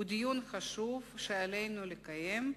הוא דיון חשוב שעלינו לקיים,